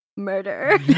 Murder